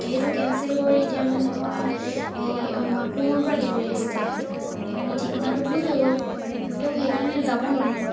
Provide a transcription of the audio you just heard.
সেইটো কেন্সেল কৰি এতিয়া মানে মই হেৰি মাকুমৰ পৰা দিব লাগিছিলে সেইকাৰণে ঠিকনাটো ভুল হৈ গ'ল ত' সেইকাৰণে যাব নোৱাৰিম